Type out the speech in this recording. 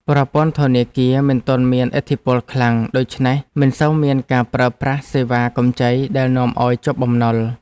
ប្រព័ន្ធធនាគារមិនទាន់មានឥទ្ធិពលខ្លាំង ដូច្នេះមិនសូវមានការប្រើប្រាស់សេវាកម្ចីដែលនាំឱ្យជាប់បំណុល។